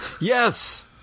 Yes